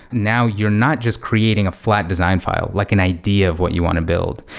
now, you're not just creating a flat design file, like an idea of what you want to build.